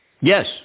Yes